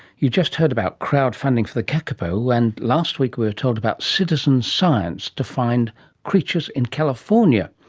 you just heard about crowd funding for the kakapo, and last week we were told about citizen science to find creatures in california.